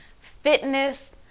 fitness